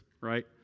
right